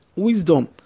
Wisdom